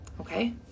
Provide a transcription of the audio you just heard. Okay